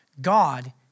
God